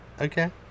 Okay